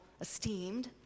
esteemed